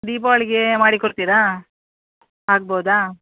ದೀಪಾವಳಿಗೆ ಮಾಡಿ ಕೊಡ್ತೀರಾ ಆಗ್ಬೋದಾ